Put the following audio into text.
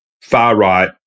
far-right